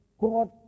God